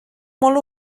molt